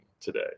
today